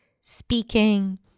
speaking